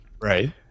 Right